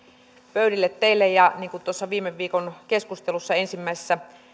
pöydille tuossa viime viikon keskustelussa ensimmäisessä